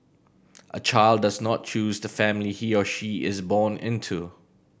a child does not choose the family he or she is born into